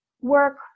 work